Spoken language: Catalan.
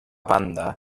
banda